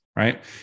Right